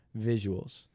visuals